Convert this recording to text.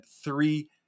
three